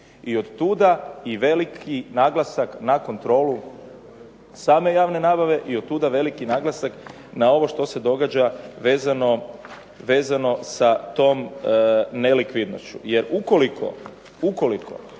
I od tuda i veliki naglasak na kontrolu same javne nabave, i od tuda veliki naglasak na ovo što se događa vezano sa tom nelikvidnošću. Jer ukoliko će